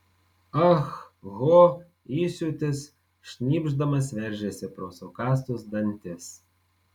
ah ho įsiūtis šnypšdamas veržėsi pro sukąstus dantis